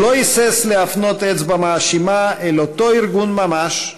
הוא לא היסס להפנות אצבע מאשימה אל אותו ארגון ממש,